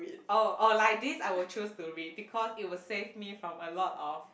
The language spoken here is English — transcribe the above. oh oh like this I would choose to read because it would save me from a lot of